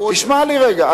תשמע לי רגע.